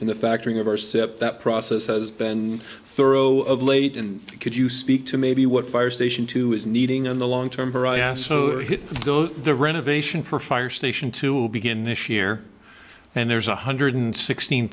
in the factoring of our sept that process has been thorough of late and could you speak to maybe what fire station two is needing on the long term the renovation for fire station two will begin this year and there's one hundred sixteen